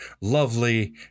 lovely